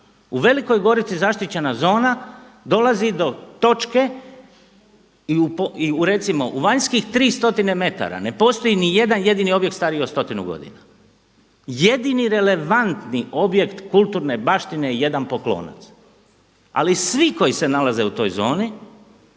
U Velikoj Gorici zaštićena zona dolazi do točke i u recimo u vanjskih 3 stotine metara ne postoji niti jedan jedini objekt stariji od stotinu godina. Jedini relevantni objekt kulturne baštine je jedan poklonac. Ali svi koji se nalaze u toj zoni,